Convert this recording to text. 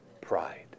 Pride